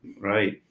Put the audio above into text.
Right